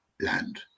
land